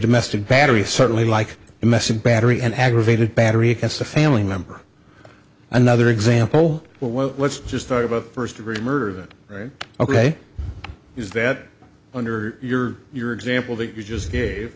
domestic battery certainly like messing battery and aggravated battery against a family member another example well let's just talk about first degree murder that right ok is that under your your example that you just gave